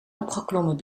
opgeklommen